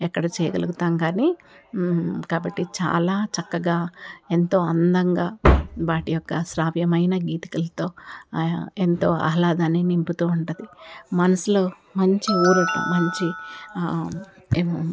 ఎక్కడ చేయగలుగుతాం గానీ కాబట్టి చాలా చక్కగా ఎంతో అందంగా వాటి యొక్క శ్రావ్యమైన గీతికలతో ఎంతో ఆహ్లాదాన్ని నింపుతూ ఉంటది మనసులో మంచి ఊరట మంచి